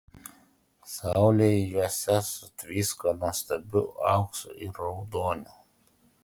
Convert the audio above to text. saulė juose sutvisko nuostabiu auksu ir raudoniu